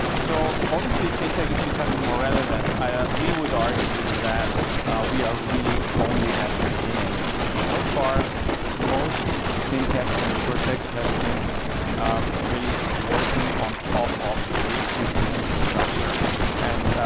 so obviously fintech is becoming more relevant i ah we would argue that we are really only at the beginning so far most thin texan and short techs have been really working on top of the existing infrastructure and